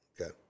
Okay